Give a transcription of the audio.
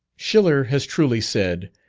schiller has truly said,